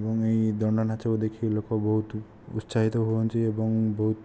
ଏବଂ ଏହି ଦଣ୍ଡନାଚକୁ ଦେଖି ଲୋକ ବହୁତ ଉତ୍ସାହିତ ହୁଅନ୍ତି ଏବଂ ବହୁତ